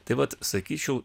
tai vat sakyčiau